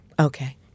Okay